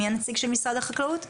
מי הנציג של משרד החקלאות?